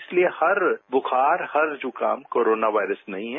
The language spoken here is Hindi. इसलिए हर बुखार हर जुकाम कोरोना वायरस नहीं है